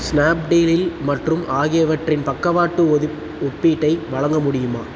Snapdeal இல் மற்றும் ஆகியவற்றின் பக்கவாட்டு ஒப்பீட்டை வழங்க முடியுமா